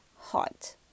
hot